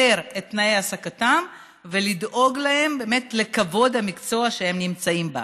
את תנאי העסקתם ולדאוג להם לכבוד המקצוע שהם נמצאים בו.